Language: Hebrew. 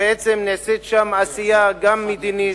בעצם, יש שם עשייה, גם מדינית,